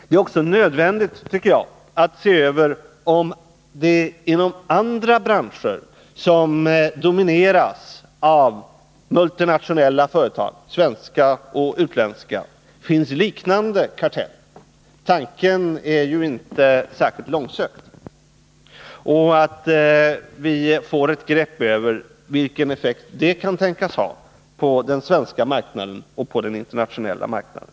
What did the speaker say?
Det är också nödvändigt att se över om det inom andra branscher som domineras av multinationella företag, svenska och utländska, finns liknande karteller — tanken är ju inte särskilt långsökt. Vi måste få ett begrepp om vilken effekt detta kan tänkas ha på den svenska och den internationella marknaden.